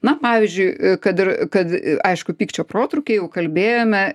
na pavyzdžiui kad ir kad aišku pykčio protrūkiai jau kalbėjome